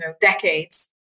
decades